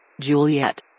Juliet